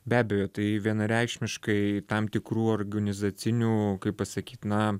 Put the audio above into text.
be abejo tai vienareikšmiškai tam tikrų organizacinių kaip pasakyt na